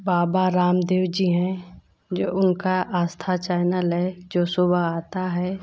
बाबा रामदेव जी हैं जो उनका आस्था चैनल है जो सुबह आता है